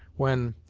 when,